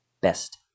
Best